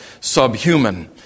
subhuman